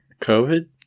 COVID